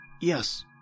Yes